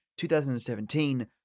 2017